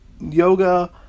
Yoga